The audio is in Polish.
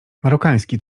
marokański